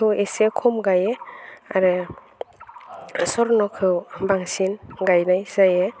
एसे खम गायो आरो स्वर्नखौ बांसिन गायनाय जायो